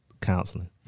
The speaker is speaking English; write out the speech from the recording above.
counseling